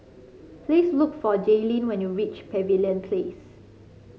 please look for Jalyn when you reach Pavilion Place